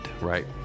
right